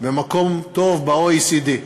במקום טוב ב-OECD.